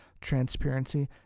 transparency